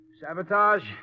Sabotage